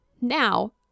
Now